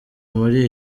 muri